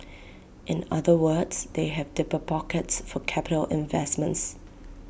in other words they have deeper pockets for capital investments